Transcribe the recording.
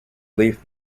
leaf